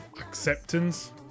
acceptance